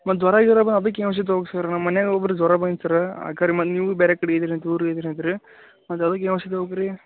ಮತ್ತೆ ಜ್ವರ ಗಿರ ಬಂದ್ರ್ ಅದಕ್ಕೇನು ಔಷಧಿ ತೊಗೋಬೇಕು ಸರ್ ನಮ್ಮ ಮನ್ಯಾಗೆ ಒಬ್ರಿಗ್ ಜ್ವರ ಬಂದಿತ್ತು ಸರ್ರ ಆ ಕರಿ ಮೊನ್ನೆಗೂ ಬೇರೆ ಕಡೆ ಇದ್ದೀರ ಅಂತ ದೂರ ಇದ್ದೀರ ಅಂದ್ರು ರೀ ಮತ್ತೆ ಅದಕ್ಕೇನು ಔಷಧಿ ತೊಗೊಬೇಕು ರೀ